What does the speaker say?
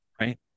Right